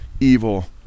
evil